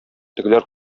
тегеләр